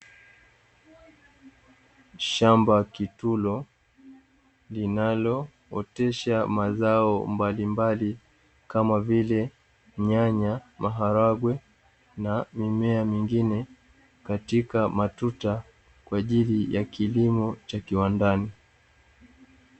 Shamba kituo, linalootesha mazao mbalimbali, kama vile nyanya, maharage, na mimea mingine, katika matuta, kwa ajili ya kilimo cha kiwandani.